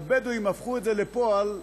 והבדואים הפכו את זה לפועל,